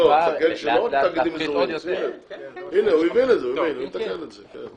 הוא הבין את זה, הוא יתקן את זה.